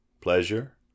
pleasure